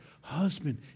husband